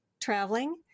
traveling